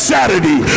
Saturday